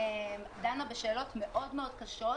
דנה בשאלות מאוד מאוד קשות,